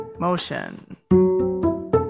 Motion